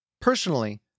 Personally